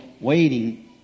waiting